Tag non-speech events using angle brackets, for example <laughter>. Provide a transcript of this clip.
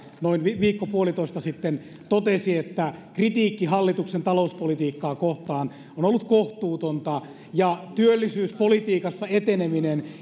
noin viikko puolitoista sitten totesi että kritiikki hallituksen talouspolitiikkaa kohtaan on ollut kohtuutonta ja työllisyyspolitiikassa eteneminen <unintelligible>